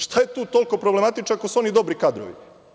Šta je tu toliko problematično ako su oni dobri kadrovi?